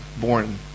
born